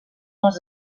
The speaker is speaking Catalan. els